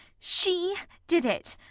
she did it!